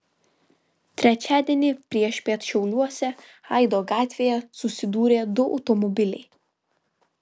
trečiadienį priešpiet šiauliuose aido gatvėje susidūrė du automobiliai